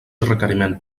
requeriment